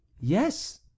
Yes